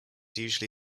usually